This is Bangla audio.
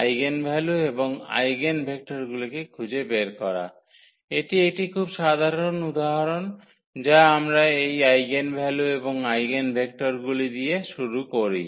আইগেনভ্যালু এবং আইগেনভেক্টরগুলিকে খুঁজে বের করা এটি একটি খুব সাধারণ উদাহরণ যা আমরা এই আইগেনভ্যালু এবং আইগেনভেক্টরগুলি দিয়ে শুরু করি